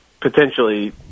potentially